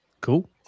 cool